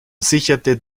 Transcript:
sicherte